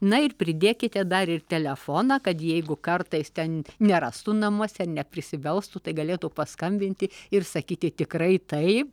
na ir pridėkite dar ir telefoną kad jeigu kartais ten nerastų namuose neprisibelstų tai galėtų paskambinti ir sakyti tikrai tai